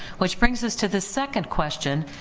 which brings us to the second question,